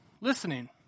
listening